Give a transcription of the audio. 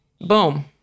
Boom